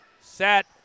set